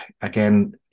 again